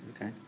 Okay